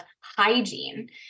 hygiene